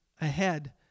ahead